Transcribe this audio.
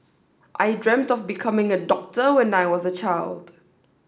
I dreamt of becoming a doctor when I was a child